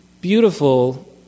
beautiful